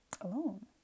alone